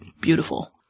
beautiful